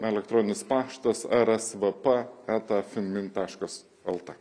elektroninis paštas ersvp eta finmin taškas lt